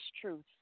truth